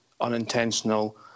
unintentional